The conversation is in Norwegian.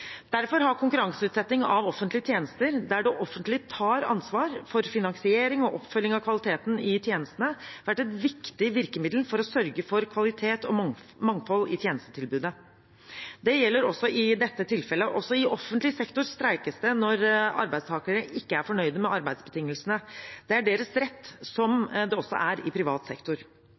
Derfor har konkurranseutsetting av offentlige tjenester, der det offentlige tar ansvar for finansiering og oppfølging av kvaliteten i tjenestene, vært et viktig virkemiddel for å sørge for kvalitet og mangfold i tjenestetilbudet. Det gjelder også i dette tilfellet. Også i offentlig sektor streikes det når arbeidstakere ikke er fornøyd med arbeidsbetingelsene. Det er deres rett, som det også er i privat sektor.